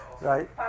right